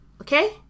Okay